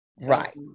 Right